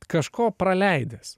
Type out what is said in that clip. kažko praleidęs